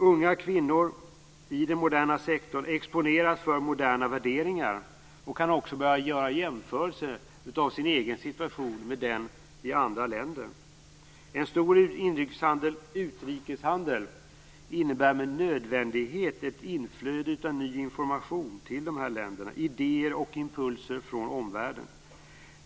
Unga kvinnor i den moderna sektorn exponeras för moderna värderingar och kan också börja göra jämförelser mellan sin egen situation och läget i andra länder. En stor utrikeshandel innebär med nödvändighet ett inflöde av ny information till de här länderna, idéer och impulser från omvärlden.